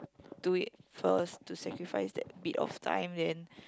do it first to sacrifice that bit of time then